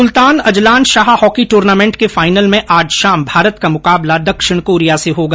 सुल्तान Azlan Shah hockey tournament के final में आज शाम भारत का मुकाबला दक्षिण कोरिया र्स होगा